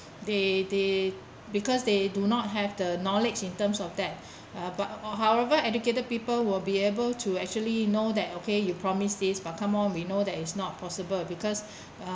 they they because they do not have the knowledge in terms of that uh but however educated people will be able to actually know that okay you promised these but come on we know that is not possible because uh